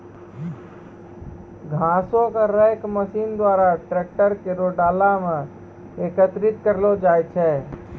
घासो क rake machine द्वारा ट्रैकर केरो डाला म एकत्रित करलो जाय छै